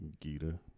Gita